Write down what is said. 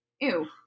Ew